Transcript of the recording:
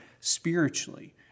spiritually